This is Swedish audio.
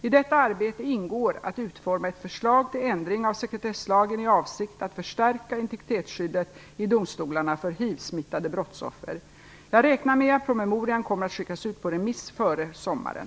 I detta arbete ingår att utforma ett förslag till ändring av sekretesslagen i avsikt att förstärka integritetsskyddet i domstolarna för hivsmittade brottsoffer. Jag räknar med att promemorian kommer att skickas ut på remiss före sommaren.